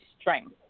strength